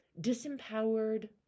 disempowered